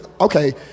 okay